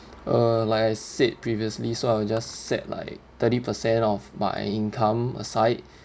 uh like I said previously so I will just set like thirty percent of my income aside